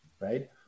right